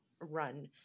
run